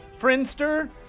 friendster